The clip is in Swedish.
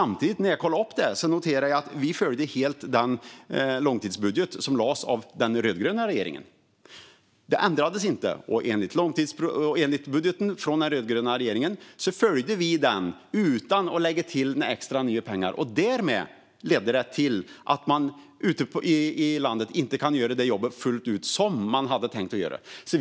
Men när jag kollade upp det såg jag att vi följde den rödgröna regeringens långtidsbudget. Eftersom vi har följt den och inte lagt till några pengar kan man ute i landet inte göra det jobb man tänkt göra fullt ut.